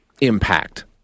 impact